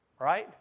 Right